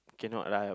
cannot lah